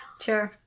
sure